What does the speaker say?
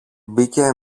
μπήκε